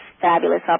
fabulous